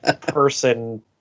person